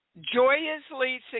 joyously